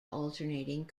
alternating